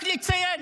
רק לציין.